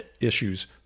issues